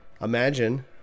Imagine